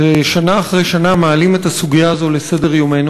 ששנה אחרי שנה מעלים את הסוגיה הזאת על סדר-יומנו.